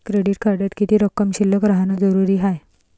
Credit कार्डात किती रक्कम शिल्लक राहानं जरुरी हाय?